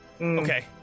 Okay